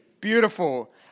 Beautiful